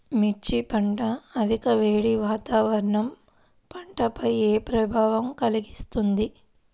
మిర్చి పంట అధిక వేడి వాతావరణం పంటపై ఏ ప్రభావం కలిగిస్తుంది?